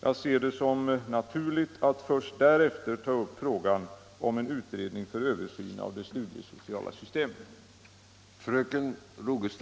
Jag ser det som naturligt att först därefter ta upp frågan om en utredning för översyn av det studiesociala systemet.